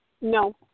No